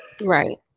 Right